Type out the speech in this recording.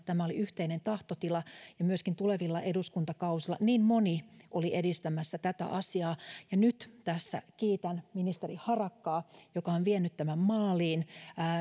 tämä oli yhteinen tahtotila ja myöskin tulevilla eduskuntakausilla niin moni oli edistämässä tätä asiaa ja nyt tässä kiitän ministeri harakkaa joka on vienyt tämän maaliin